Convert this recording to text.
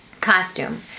costume